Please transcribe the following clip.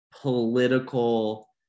political